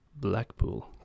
Blackpool